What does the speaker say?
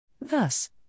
Thus